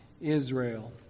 Israel